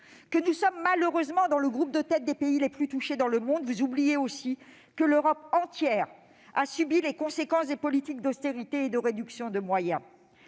que nous sommes malheureusement dans le groupe de tête des pays les plus touchés dans le monde. Vous oubliez aussi que l'ensemble de l'Europe a subi les conséquences des politiques d'austérité et de réduction de moyens.